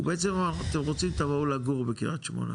הוא בעצם אמר, אתם רוצים, תבואו לגור בקרית שמונה.